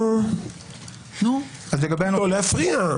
לא להפריע.